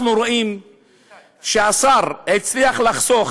אנחנו רואים שהשר הצליח לחסוך